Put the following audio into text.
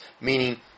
meaning